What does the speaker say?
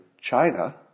China